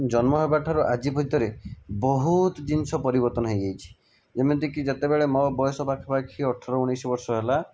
ଜନ୍ମ ହେବା ଠାରୁ ଆଜି ଭିତରେ ବହୁତ ଜିନିଷ ପରିବର୍ତ୍ତନ ହୋଇଯାଇଛି ଯେମିତି କି ଯେତେବେଳେ ମୋ ବୟସ ପାଖାପାଖି ଅଠର ଉଣେଇଶ ବର୍ଷ ହେଲା